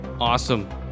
Awesome